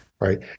right